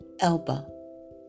elba